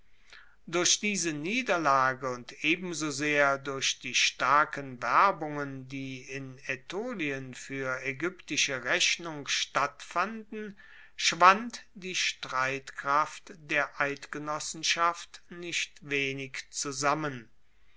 durch diese niederlage und ebenso sehr durch die starken werbungen die in aetolien fuer aegyptische rechnung stattfanden schwand die streitkraft der eidgenossenschaft nicht wenig zusammen